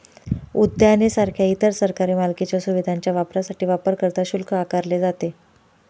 उद्याने सारख्या इतर सरकारी मालकीच्या सुविधांच्या वापरासाठी वापरकर्ता शुल्क आकारले जाते